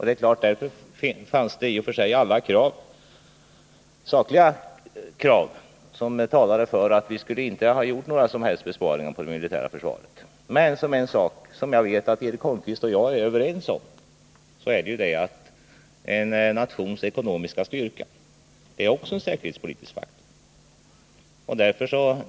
Det finns alltså i och för sig sakliga skäl som talar för att vi inte skulle ha gjort några som helst besparingar på det militära försvarets område. Men jag vet att Eric Holmqvist och jag är överens om att en nations ekonomiska styrka också är en säkerhetspolitisk faktor.